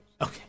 Okay